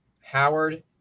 Howard